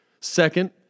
Second